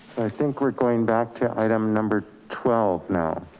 i think we're going back to item number twelve. now.